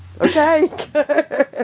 Okay